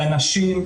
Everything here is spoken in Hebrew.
על אנשים,